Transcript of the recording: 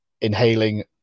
inhaling